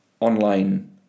online